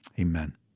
amen